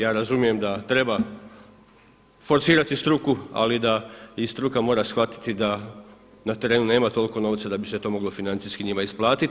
Ja razumijem da treba forsirati struku, ali da i struka mora shvatiti da na terenu nema toliko novca da bi se to moglo financijski njima isplatiti.